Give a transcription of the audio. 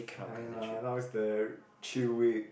fine lah now's the chill week